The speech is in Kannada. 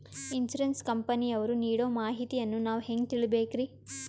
ಇನ್ಸೂರೆನ್ಸ್ ಕಂಪನಿಯವರು ನೀಡೋ ಮಾಹಿತಿಯನ್ನು ನಾವು ಹೆಂಗಾ ತಿಳಿಬೇಕ್ರಿ?